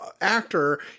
actor